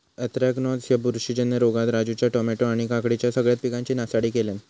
anthracnose ह्या बुरशीजन्य रोगान राजूच्या टामॅटो आणि काकडीच्या सगळ्या पिकांची नासाडी केल्यानं